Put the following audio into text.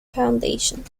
foundation